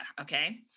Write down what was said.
Okay